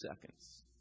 seconds